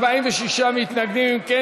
46 מתנגדים, אין נמנעים.